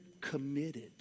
committed